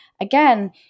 again